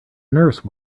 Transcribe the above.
nurse